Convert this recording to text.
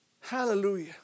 Hallelujah